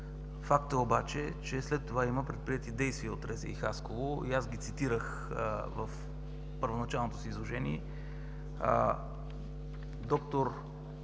Факт е обаче, че след това има предприети действия от РЗИ – Хасково. Аз ги цитирах в първоначалното си изложение. Д-р